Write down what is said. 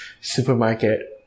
supermarket